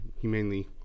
humanely